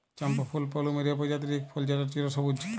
চম্পা ফুল পলুমেরিয়া প্রজাতির ইক ফুল যেট চিরসবুজ